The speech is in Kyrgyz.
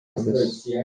арыз